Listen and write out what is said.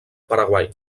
paraguai